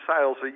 sales